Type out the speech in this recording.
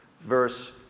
Verse